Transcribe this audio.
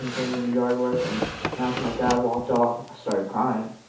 was making me do yard work and after my dad walked off i started crying,